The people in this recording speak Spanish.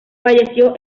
falleció